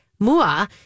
Mua